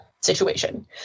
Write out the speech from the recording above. situation